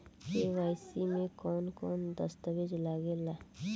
KYC में कवन कवन दस्तावेज लागे ला?